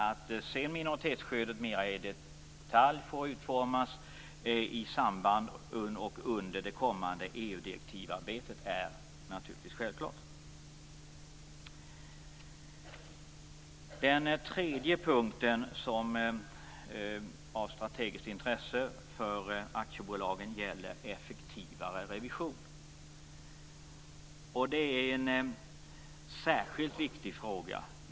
Att minoritetsskyddet sedan mer i detalj får utformas i samband med det kommande arbetet med EU direktivet är naturligtvis självklart. Den tredje punkten som har strategiskt intresse för aktiebolagen gäller effektivare revision. Det är en särskilt viktig fråga.